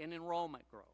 in enrollment growth